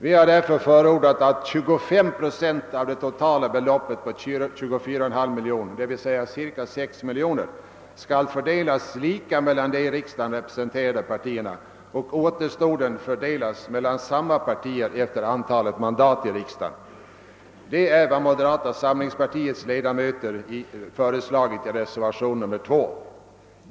Vi har därför förordat att 25 procent av det totala beloppet på 24,5 miljoner kr. — d.v.s. ca 6 miljoner kr. — skall fördelas lika mellan de i riksdagen representerade partierna ocn återstoden mellan samma partier efter antalet mandat i riksdagen. Detta är vad moderata samlingspartiets ledamöter föreslagit i reservationen 2.